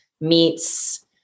meets